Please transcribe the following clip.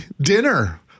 dinner